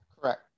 correct